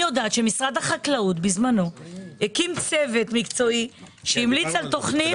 משרד החקלאות הקים בזמנו צוות מקצועי שהמליץ על תוכנית.